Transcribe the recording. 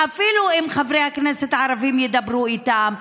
אפילו אם חברי הכנסת הערבים ידברו איתם.